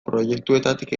proiektuetatik